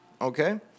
okay